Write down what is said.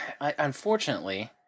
unfortunately